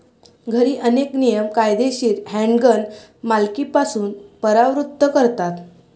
घरी, अनेक नियम कायदेशीर हँडगन मालकीपासून परावृत्त करतात